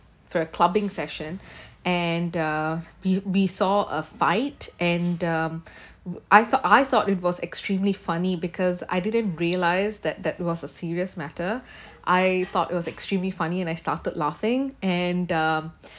for a clubbing session and uh we we saw a fight and um I thought I thought it was extremely funny because I didn't realise that that was a serious matter I thought it was extremely funny and I started laughing and um